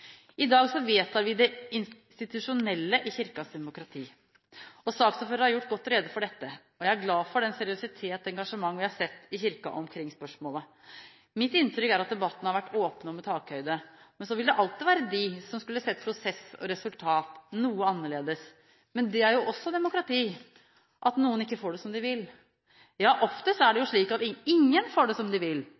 I dag vedtar vi det institusjonelle i Kirkens demokrati. Saksordføreren har gjort godt rede for dette, og jeg er glad for den seriøsitet og det engasjement vi har sett i Kirken omkring spørsmålet. Mitt inntrykk er at debatten har vært åpen og med takhøyde, men det vil alltid være de som skulle sett prosess og resultat noe annerledes. Men det er jo også demokrati: at noen ikke får det som de vil. Ja, oftest er det jo slik at ingen får det som de vil,